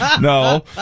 No